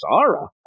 Zara